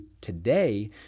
today